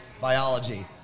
biology